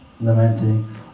lamenting